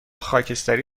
خاکستری